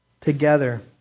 together